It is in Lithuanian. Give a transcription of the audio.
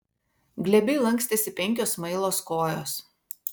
glebiai lankstėsi penkios smailos kojos